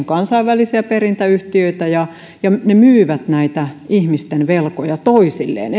kansainvälisiä perintäyhtiöitä ja ja ne myyvät näitä ihmisten velkoja toisilleen